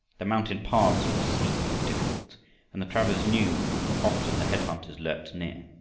the mountain paths were steep and difficult and the travelers knew that often the head-hunters lurked near.